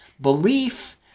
Belief